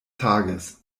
tages